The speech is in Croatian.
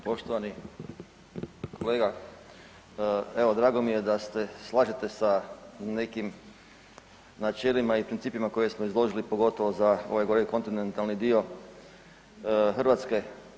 Poštovani kolega, evo drago mi je da se slažete sa nekim načelima i principima koje smo izložili, pogotovo za ovaj gore kontinentalni dio Hrvatske.